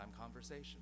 conversation